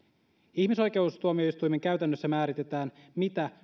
ihmisoikeustuomioistuimen käytännössä määritetään mitä